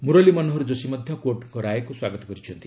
ମୁରଲୀ ମନୋହର ଯୋଶୀ ମଧ୍ୟ କୋର୍ଟଙ୍କ ରାୟକୁ ସ୍ୱାଗତ କରିଛନ୍ତି